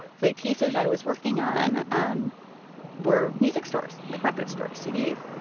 the cases i was working on um were music stores like record stores, cds.